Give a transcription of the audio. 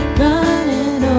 running